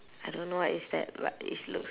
I don't know what is that but it's looks